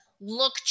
look